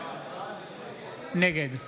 נגד